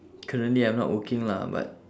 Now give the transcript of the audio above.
currently I'm not working lah but